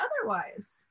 otherwise